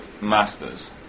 masters